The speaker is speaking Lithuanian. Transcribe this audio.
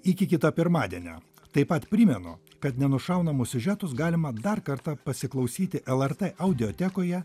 iki kito pirmadienio taip pat primenu kad nenušaunamus siužetus galima dar kartą pasiklausyti lrt audiotekoje